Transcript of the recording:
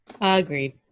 Agreed